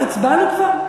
הצבענו כבר?